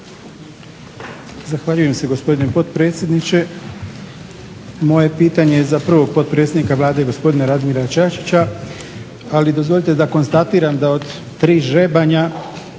Zahvaljujem se gospodine potpredsjedniče. Moje pitanje je za prvog potpredsjednika Vlade gospodina Radimira Čačića ali dozvolite da konstatiram da od tri ždrijebanja